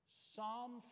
Psalm